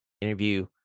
interview